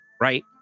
right